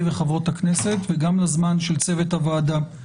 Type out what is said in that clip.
וחברות הכנסת וגם לזמן של צוות הוועדה,